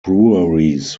breweries